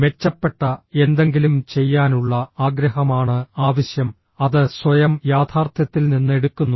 മെച്ചപ്പെട്ട എന്തെങ്കിലും ചെയ്യാനുള്ള ആഗ്രഹമാണ് ആവശ്യം അത് സ്വയം യാഥാർത്ഥ്യത്തിൽ നിന്ന് എടുക്കുന്നു